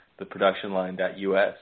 theproductionline.us